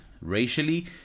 racially